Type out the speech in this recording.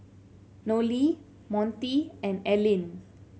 Nolie Montie and Ellyn